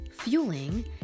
fueling